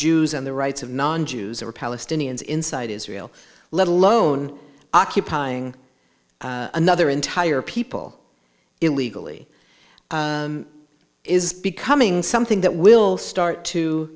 jews and the rights of non jews or palestinians inside israel let alone occupying another entire people illegally is becoming something that will start to